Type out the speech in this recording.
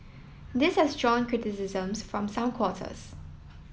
this has drawn criticisms from some quarters